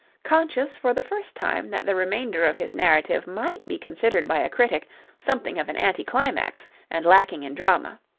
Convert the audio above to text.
conscious for the first time that the remainder of his narrative might be considered by a critic something of an anti-climax and lacking in drama.